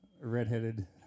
redheaded